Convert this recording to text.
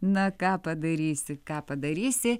na ką padarysi ką padarysi